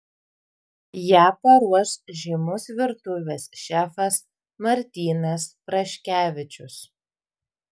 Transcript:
ją paruoš žymus virtuvės šefas martynas praškevičius